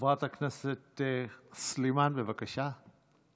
חברת הכנסת סלימאן, בבקשה.